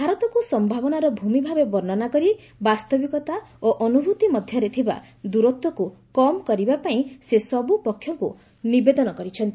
ଭାରତକୁ ସମ୍ଭାବନାର ଭୂମିଭାବେ ବର୍ଷ୍ଣନା କରି ବାସ୍ତବିକତା ଓ ଅନୁଭ୍ତି ମଧ୍ୟରେ ଥିବା ଦୂରତ୍ୱକୁ କମ୍ କରିବାପାଇଁ ସେ ସବୁପକ୍ଷକୁ ନିବେଦନ କରିଛନ୍ତି